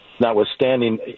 notwithstanding